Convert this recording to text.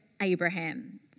Abraham